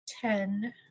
ten